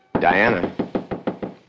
Diana